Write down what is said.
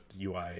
UI